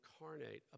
incarnate